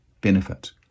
benefit